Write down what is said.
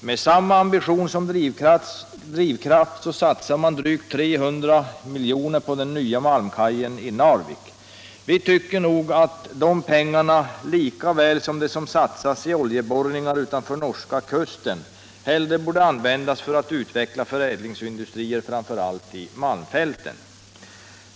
Med samma ambition som drivkraft satsar man drygt 300 milj.kr. på den nya malmkajen i Narvik. Vi tycker nog att de pengarna lika väl som de som satsas i oljeborrningar utanför norska kusten hellre borde användas för att utveckla förädlingsindustrier framför allt i malmfälten.